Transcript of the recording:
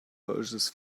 verses